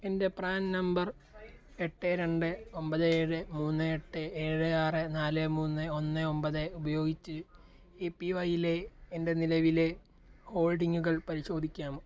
എൻ്റെ PRAN number എട്ട് രണ്ട് ഒമ്പത് ഏഴ് മൂന്ന് എട്ട് ഏഴ് ആറ് നാല് മൂന്ന് ഒന്ന് ഒമ്പത് ഉപയോഗിച്ച് എ പി വൈ യിലെ എൻ്റെ നിലവിലെ ഹോൾഡിംഗുകൾ പരിശോധിക്കാമോ